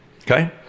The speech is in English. Okay